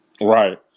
right